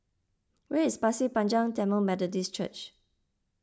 where is Pasir Panjang Tamil Methodist Church